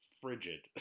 frigid